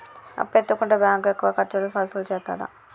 అప్పు ఎత్తుకుంటే బ్యాంకు ఎక్కువ ఖర్చులు వసూలు చేత్తదా?